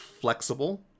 flexible